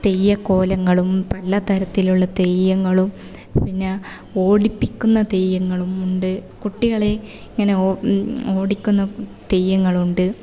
തെയ്യക്കോലങ്ങളും പല തരത്തിലുള്ള തെയ്യങ്ങളും പിന്നെ ഓടിപ്പിക്കുന്ന തെയ്യങ്ങളും ഉണ്ട് കുട്ടികളെ ഇങ്ങനെ ഓടിക്കുന്ന തെയ്യങ്ങൾ ഉണ്ട്